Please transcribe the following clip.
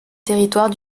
territoire